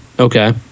Okay